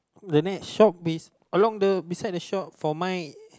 the next shop is along the beside the shop for my